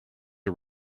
are